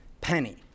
penny